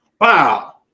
Wow